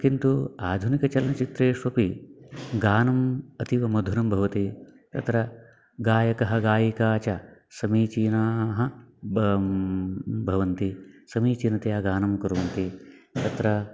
किन्तु आधुनिकं चलनचित्रेष्वपि गानम् अतीवमधुरं भवति तत्र गायकः गायिकाः च समीचीनाः भ भवन्ति समीचीनतया गानं कुर्वन्ति तत्र